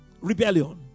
rebellion